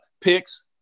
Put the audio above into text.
picks